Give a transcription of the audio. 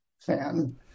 fan